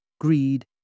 greed